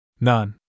None